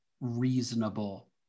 reasonable